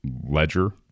Ledger